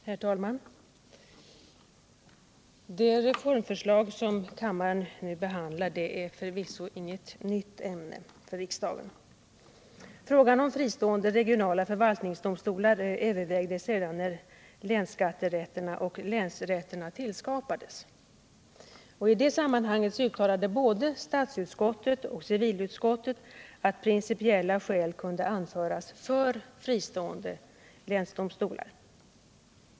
Herr talman! Det reformförslag som kammaren nu behandlar är förvisso inget nytt ämne för riksdagen. Frågan om fristående regionala förvaltningsdomstolar övervägdes redan när länsskatterätterna och länsrätterna tillskapades. I det sammanhanget uttalade både statsutskottet och civilutskottet att principiella skäl kunde anföras för fristående länsdomstolar.